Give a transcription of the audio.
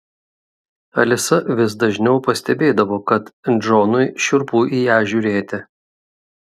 alisa vis dažniau pastebėdavo kad džonui šiurpu į ją žiūrėti